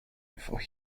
for